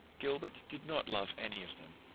gilbert did not love any of them,